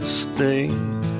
sting